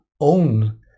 own